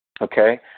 Okay